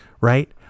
right